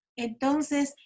Entonces